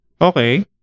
Okay